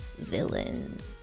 Villains